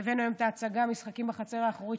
והבאנו את ההצגה "משחקים בחצר האחורית",